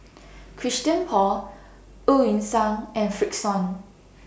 Christian Paul EU Yan Sang and Frixion